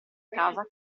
casa